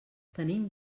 tenim